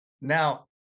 Now